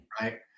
right